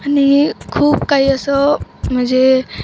आणि खूप काही असं म्हणजे